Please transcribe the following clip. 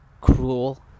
cruel